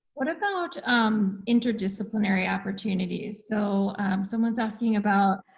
what about um interdisciplinary opportunities? so someone's asking about